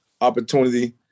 opportunity